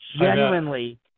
genuinely